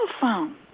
phone